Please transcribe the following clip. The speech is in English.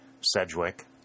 Sedgwick